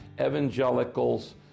Evangelicals